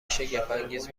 شگفتانگیز